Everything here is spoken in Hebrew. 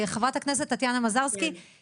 חברת הכנסת טטיאנה מזרסקי.